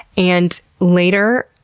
and later,